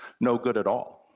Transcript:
no good at all.